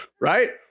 right